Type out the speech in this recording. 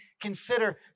consider